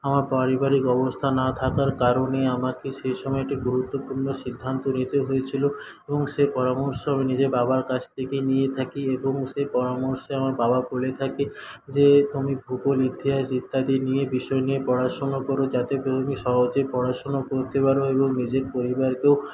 আমার পারিবারিক অবস্থা না থাকার কারণে আমাকে সেই সময়ে একটি গুরুত্বপূর্ণ সিদ্ধান্ত নিতে হয়েছিলো এবং সে পরামর্শ আমি নিজের বাবার কাছ থেকে নিয়ে থাকি এবং সেই পরামর্শে আমার বাবা বলে থাকে যে তুমি ভূগোল ইতিহাস ইত্যাদি নিয়ে বিষয় নিয়ে পড়াশুনো করো যাতে করে তুমি সহজে পড়াশুনো করতে পারো এবং নিজের পরিবারকেও